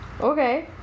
Okay